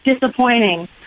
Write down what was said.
disappointing